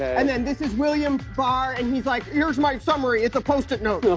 and then, this is william barr and he's like, here's my summary. it's a post-it note.